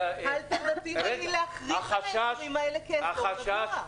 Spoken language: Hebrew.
האלטרנטיבה היא להכריז על האזורים הללו כאזור נגוע.